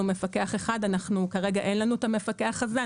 מפקח אחד וכרגע אין לנו את המפקח הזה.